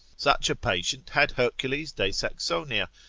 such a patient had hercules de saxonia,